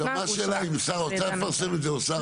עכשיו מה השאלה אם שר האוצר יפרסם את זה או שר החוץ?